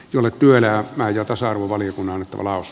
myllytyölään ja tasa arvovaliokunnan kolaus